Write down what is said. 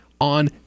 on